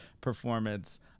performance